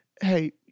hey